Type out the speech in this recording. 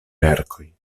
verkoj